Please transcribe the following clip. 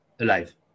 Alive